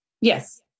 Yes